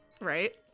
Right